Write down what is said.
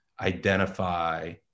identify